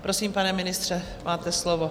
Prosím, pane ministře, máte slovo.